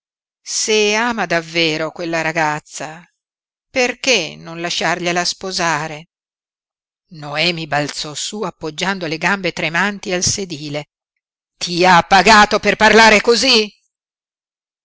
se ama davvero quella ragazza perché non lasciargliela sposare noemi balzò su appoggiando le gambe tremanti al sedile ti ha pagato per parlare cosí